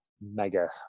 mega